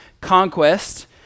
conquest